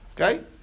okay